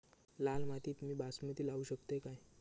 लाल मातीत मी बासमती लावू शकतय काय?